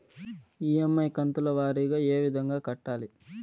EMI కంతుల వారీగా ఏ విధంగా కట్టాలి